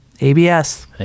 ABS